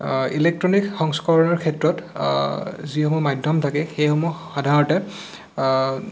electronic সংস্কৰণৰ ক্ষেত্ৰত যিসমূহ মাধ্যম থাকে সেইসমূহ সাধাৰণতে